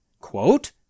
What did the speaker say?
quote